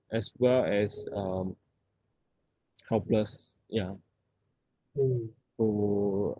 as well as um helpless ya so